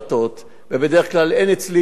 ובדרך כלל אין אצלי לא ימין,